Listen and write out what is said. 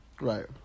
Right